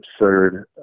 absurd